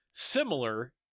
Similar